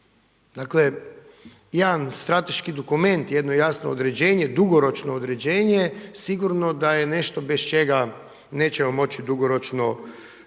Dakle jedan strateški dokument, jedno jasno određenje, dugoročno određenje sigurno da je nešto bez čega nećemo moći dugoročno